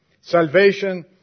Salvation